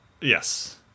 Yes